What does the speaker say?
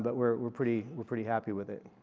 but we're pretty we're pretty happy with it.